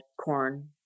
corn